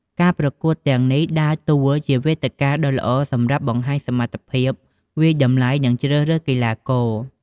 ការប្រកួតទាំងនេះដើរតួជាវេទិកាដ៏ល្អសម្រាប់ បង្ហាញសមត្ថភាព វាយតម្លៃ និងជ្រើសរើសកីឡាករ។